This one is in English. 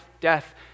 death